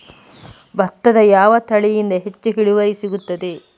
ಭತ್ತದ ಯಾವ ತಳಿಯಿಂದ ಹೆಚ್ಚು ಇಳುವರಿ ಸಿಗುತ್ತದೆ?